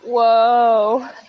Whoa